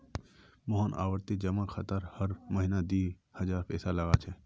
मोहन आवर्ती जमा खातात हर महीना दी हजार पैसा लगा छे